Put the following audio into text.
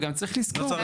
וגם צריך לזכור,